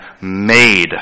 made